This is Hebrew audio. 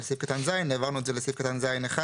של סעיף קטן (ז), העברנו את זה לסעיף קטן (ז1),